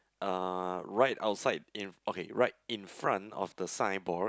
uh right outside in okay right in front of the signboard